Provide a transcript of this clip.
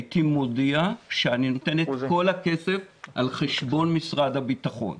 הייתי מודיע שאני נותן את כל הכסף על חשבון משרד הביטחון.